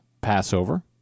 Passover